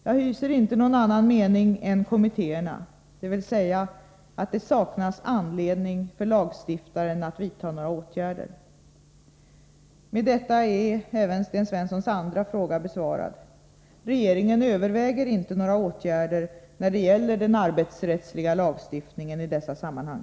Jag hyser inte någon annan mening än kommittéerna, dvs. att det saknas anledning för lagstiftaren att vidta några åtgärder. Med detta är även Sten Svenssons andra fråga besvarad. Regeringen överväger inte några åtgärder när det gäller den arbetsrättsliga lagstiftningen i dessa sammanhang.